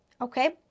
okay